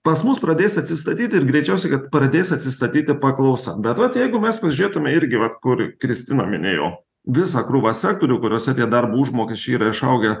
pas mus pradės atsistatyti ir greičiausiai kad pradės atsistatyti paklausa bet vat jeigu mes pažiūrėtume irgi vat kur kristina minėjo visą krūvą sektorių kuriuose tie darbo užmokesčiai yra išaugę